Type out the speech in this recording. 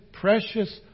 precious